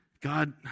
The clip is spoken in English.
God